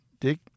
Dick